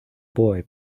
boy